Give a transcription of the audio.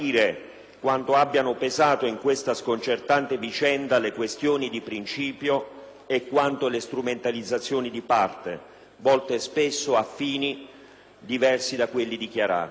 quanto abbiano pesato in questa sconcertante vicenda le questioni di principio e quanto le strumentalizzazioni di parte, volte spesso a fini diversi da quelli dichiarati.